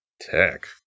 Tech